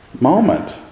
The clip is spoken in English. moment